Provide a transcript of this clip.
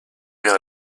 vers